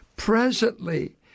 Presently